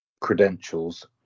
credentials